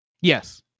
Yes